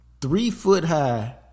three-foot-high